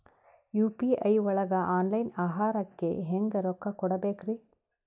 UPI ಒಳಗ online ಆಹಾರಕ್ಕೆ ಹೆಂಗ್ ರೊಕ್ಕ ಕೊಡಬೇಕ್ರಿ?